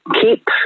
keep